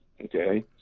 Okay